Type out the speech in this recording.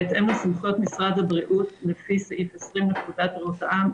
בהתאם לסמכויות משרד הבריאות לפי סעיף 20 לפקודת בריאות העם.